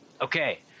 Okay